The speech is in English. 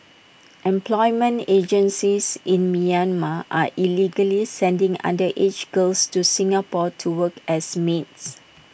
employment agencies in Myanmar are illegally sending underage girls to Singapore to work as maids